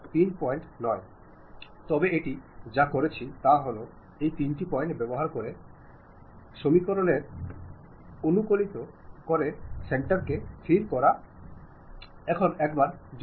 ടീമുകളിലെന്നപോലെ തന്നെ ഓർഗനൈസേഷനുകളിലും നിങ്ങൾ എല്ലായ്പ്പോഴും കൂട്ടായ ഉത്തരവാദിത്തത്തെക്കുറിച്ച് ചിന്തിക്കണമെന്ന് നമ്മൾ പറയുന്നു